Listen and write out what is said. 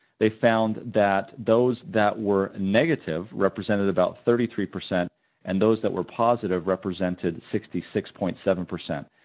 they found that those that were negative represented about thirty three percent and those that were positive represented sixty six point seven percent,